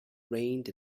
rained